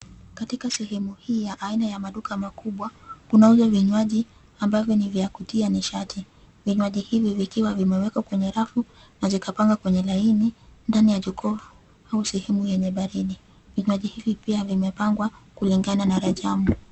Katika sehemu hii ya aina ya maduka makubwa. Kunauzwa vinywaji ambavyo ni vya kutia nishati. Vinywaji hivi vikiwa vimewekwa kwenye rafu na zikapangwa kwenye laini ndani ya jokofu au sehemu yenye baridi. Vinywaji hivi pia vimepangwa kulingana na rajamu.